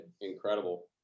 incredible